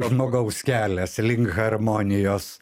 žmogaus kelias link harmonijos